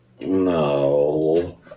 No